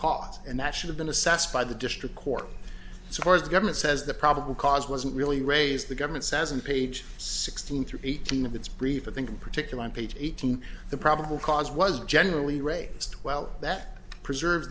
cause and that should have been assessed by the district court so far as the government says the probable cause wasn't really raised the government says on page sixteen through eighteen of its briefing particular on page eighteen the probable cause was generally raised well that preserves